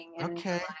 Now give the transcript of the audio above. okay